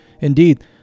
Indeed